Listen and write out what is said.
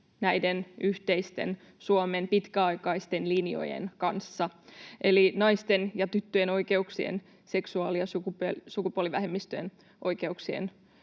näiden yhteisten Suomen pitkäaikaisten linjojen kanssa, eli naisten ja tyttöjen oikeuksien, seksuaali- ja sukupuolivähemmistöjen oikeuksien